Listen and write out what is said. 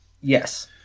Yes